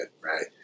right